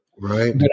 Right